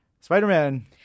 Spider-Man